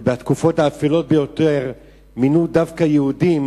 ובתקופות האפלות ביותר מינו דווקא יהודים